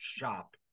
shop